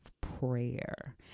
prayer